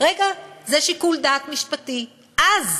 רגע, זה שיקול דעת משפטי, אז,